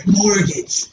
mortgage